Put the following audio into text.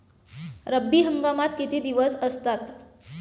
रब्बी हंगामात किती दिवस असतात?